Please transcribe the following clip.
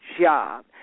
job